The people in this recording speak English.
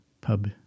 pub